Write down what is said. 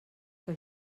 que